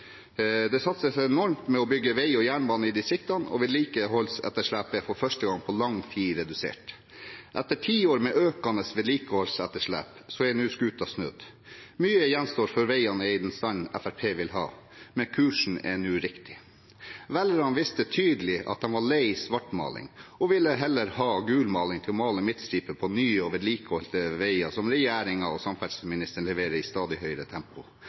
Det satses enormt på å bygge vei og jernbane i distriktene, og vedlikeholdsetterslepet er for første gang på lang tid redusert. Etter tiår med økende vedlikeholdsetterslep er skuta nå snudd. Mye gjenstår før veiene er i den standen Fremskrittspartiet vil ha, men kursen er nå riktig. Velgerne viste tydelig at de var lei svartmaling og ville heller ha gulmaling til å male midtstriper på nye og vedlikeholdte veier som regjeringen og samferdselsministeren leverer i et stadig høyere tempo.